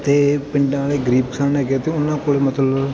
ਅਤੇ ਪਿੰਡਾਂ ਵਾਲੇ ਗਰੀਬ ਕਿਸਾਨ ਹੈਗੇ ਹੈ ਅਤੇ ਉਹਨਾਂ ਕੋਲ ਮਤਲਬ